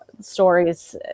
stories